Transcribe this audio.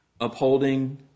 upholding